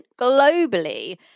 globally